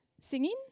singing